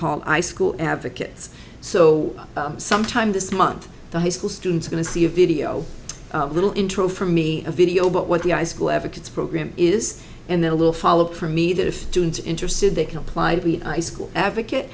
called high school advocates so sometime this month the high school students going to see a video little intro for me a video but what the icicle advocates program is and then a little follow up for me that if students interested they can apply we advocate